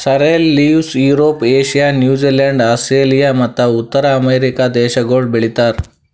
sorrel leaves Europe, Asia, New Zealand, Australia ಮತ್ತ ಉತ್ತರ America ದೇಶಗೊಳ್ ಬೆ ಳಿತಾರ್